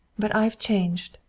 but i've changed.